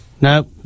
No